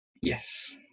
Yes